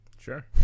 Sure